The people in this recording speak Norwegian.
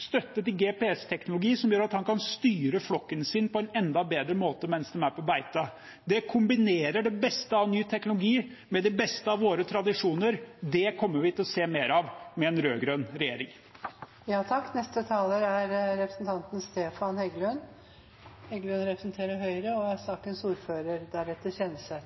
støtte til GPS-teknologi, som gjør at han kan styre flokken sin på en enda bedre måte mens de er på beite. Det kombinerer det beste av ny teknologi med det beste av våre tradisjoner. Det kommer vi til å se mer av med en